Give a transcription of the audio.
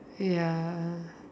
ya